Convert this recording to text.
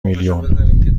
میلیون